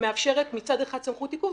מאפשרת מצד אחד סמכות עיכוב,